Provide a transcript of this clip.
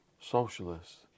Socialists